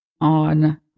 on